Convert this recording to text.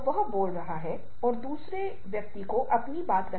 और ये संतुलन की प्रकृति के कुछ हैं